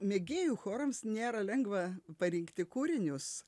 mėgėjų chorams nėra lengva parinkti kūrinius